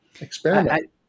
Experiment